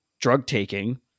drug-taking